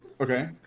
Okay